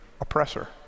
oppressor